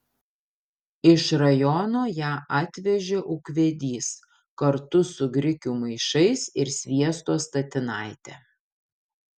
iš rajono ją atvežė ūkvedys kartu su grikių maišais ir sviesto statinaite